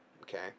Okay